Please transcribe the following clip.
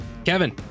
Kevin